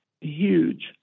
huge